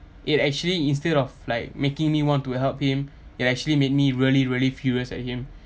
it actually instead of like making me want to help him ya actually made me really really furious at him